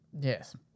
yes